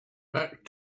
back